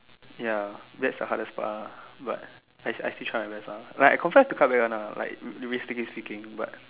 ya that's the hardest part ah but I I still try my best ah like I confirm have to cut back [one] lah like realistically speaking but